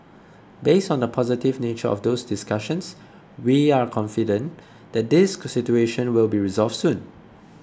based on the positive nature of those discussions we are confident that this situation will be resolved soon